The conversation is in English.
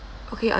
okay